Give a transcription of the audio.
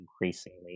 increasingly